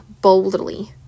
boldly